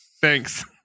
thanks